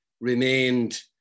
remained